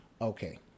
Okay